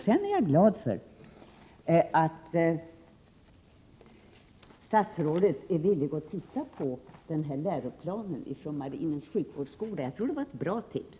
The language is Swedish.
Sedan är jag glad för att statsrådet är villig att titta på läroplanen från marinens sjukvårdsskola. Jag tror att det var ett bra tips.